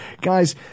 Guys